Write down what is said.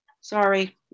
sorry